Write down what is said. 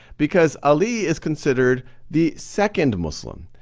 because ali is considered the second muslim.